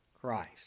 Christ